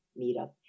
Meetup